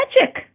magic